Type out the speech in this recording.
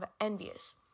envious